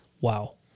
wow